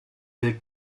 del